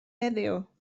heddiw